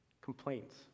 Complaints